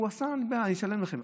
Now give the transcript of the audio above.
הוא אמר: אני אשלם לכם,